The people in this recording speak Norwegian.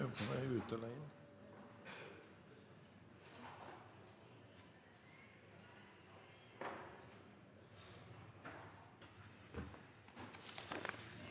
Takk